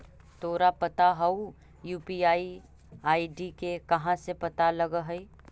तोरा पता हउ, यू.पी.आई आई.डी के कहाँ से पता लगऽ हइ?